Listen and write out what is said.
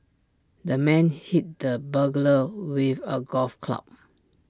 the man hit the burglar with A golf club